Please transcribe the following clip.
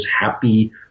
happy